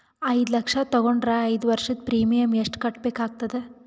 ಐದು ಲಕ್ಷ ತಗೊಂಡರ ಐದು ವರ್ಷದ ಪ್ರೀಮಿಯಂ ಎಷ್ಟು ಕಟ್ಟಬೇಕಾಗತದ?